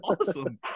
awesome